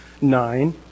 nine